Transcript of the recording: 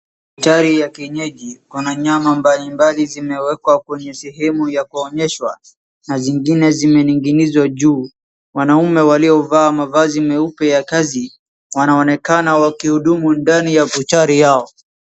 Buchari ya kienyeji. Kuna nyama mbali mbali zimewekwa kwenye sehemu ya kuonyeshwa na zingine zimening'inizwa juu. Wanaume waliovaa mavazi meupe ya kazi wanaonekana wakihudumu ndani ya buchari yao.